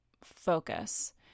focus